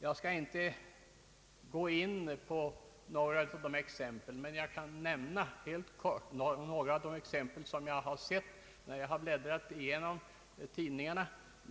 Jag skall inte gå in i detalj men kan helt kort nämna några exempel från vad jag har sett när jag bläddrat igenom tidningarna.